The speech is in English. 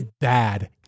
bad